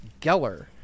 Geller